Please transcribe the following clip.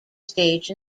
stage